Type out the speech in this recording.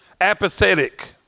Apathetic